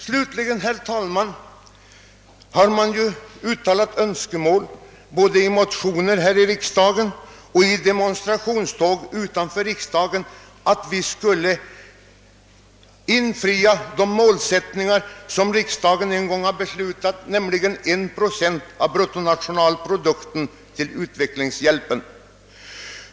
Slutligen, herr talman, har man ju uttalat önskemål både i motioner här i riksdagen och vid demonstrationståg utanför riksdagen, att vi skulle infria den målsättning som riksdagen en gång har beslutat, nämligen 1 procent av bruttonationalprodukten = till utvecklingshjälpen.